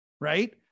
right